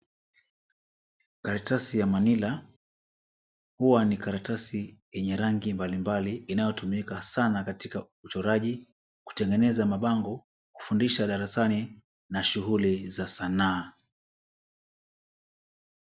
Karatasi ya manila huwa ni karatasi yenye rangi mbalimbali inayotumika sana katika uchoraji, kutengeneza mabango, kufundisha darasani na shughuli za sanaa.